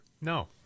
No